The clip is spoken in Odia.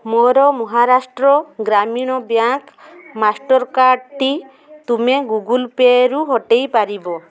ମୋର ମହାରାଷ୍ଟ୍ର ଗ୍ରାମୀଣ ବ୍ୟାଙ୍କ୍ ମାଷ୍ଟର୍ କାର୍ଡ଼୍ଟି ତୁମେ ଗୁଗଲ୍ ପେରୁ ହଟାଇ ପାରିବ